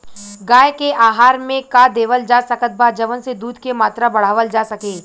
गाय के आहार मे का देवल जा सकत बा जवन से दूध के मात्रा बढ़ावल जा सके?